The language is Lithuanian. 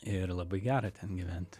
ir labai gera ten gyventi